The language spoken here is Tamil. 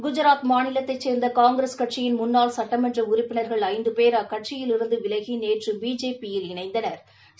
குஜராத் மாநிலத்தைச் சேர்ந்தகாங்கிரஸ் கட்சியின் முன்னாள் சட்டமன்றஉறுப்பினர்கள் ஐந்துபேர் அக்கட்சியிலிருந்துவிலகிநேற்றுபிஜேபி யில் இணைந்தனா்